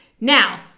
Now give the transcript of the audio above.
Now